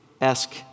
esque